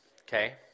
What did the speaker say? Okay